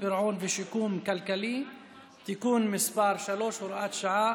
פירעון ושיקום כלכלי (תיקון מס' 3) (הוראת שעה